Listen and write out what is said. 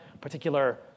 particular